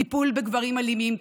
טיפול בגברים אלימים,